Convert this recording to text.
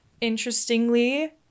interestingly